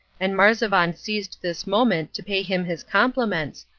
and marzavan seized this moment to pay him his compliments,